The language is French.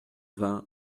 vingt